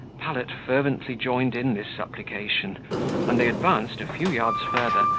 pallet fervently joined in this supplication and they advanced a few yards farther,